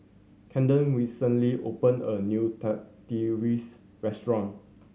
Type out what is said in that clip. Kamden recently opened a new Tortillas Restaurant